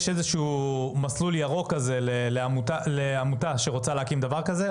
יש מסלול ירוק לאגודה שרוצה להקים דבר כזה?